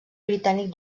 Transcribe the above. britànic